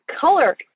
color